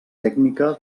tècnica